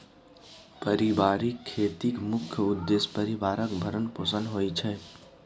परिबारिक खेतीक मुख्य उद्देश्य परिबारक भरण पोषण होइ छै